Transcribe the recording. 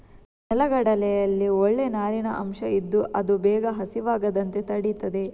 ನೆಲಗಡಲೆಯಲ್ಲಿ ಒಳ್ಳೇ ನಾರಿನ ಅಂಶ ಇದ್ದು ಅದು ಬೇಗ ಹಸಿವಾಗದಂತೆ ತಡೀತದೆ